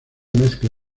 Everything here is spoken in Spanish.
mezcla